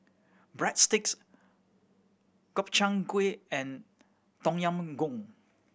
Breadsticks Gobchang Gui and Tom Yam Goong